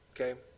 Okay